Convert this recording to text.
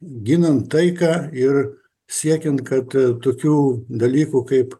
ginant taiką ir siekiant kad tokių dalykų kaip